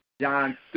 John